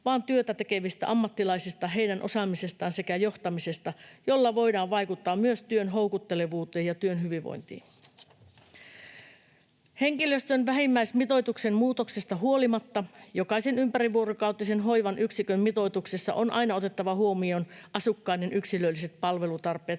vaan työtä tekevistä ammattilaisista, heidän osaamisestaan sekä johtamisesta, jolla voidaan vaikuttaa myös työn houkuttelevuuteen ja työhyvinvointiin. Henkilöstön vähimmäismitoituksen muutoksesta huolimatta jokaisen ympärivuorokautisen hoivan yksikön mitoituksessa on aina otettava huomioon asukkaiden yksilölliset palvelutarpeet,